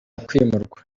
kwimurwa